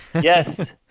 Yes